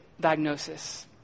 diagnosis